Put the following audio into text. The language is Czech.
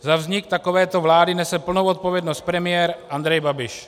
Za vznik takovéto vlády nese plnou odpovědnost premiér Andrej Babiš.